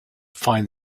find